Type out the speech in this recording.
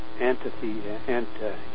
antithesis